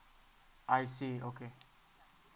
I see okay